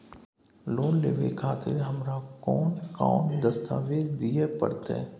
Loan लेवे खातिर हमरा कोन कौन दस्तावेज दिय परतै?